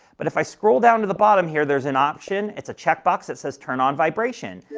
but if i scroll down to the bottom here, there's an option. it's a check box that says turn on vibration,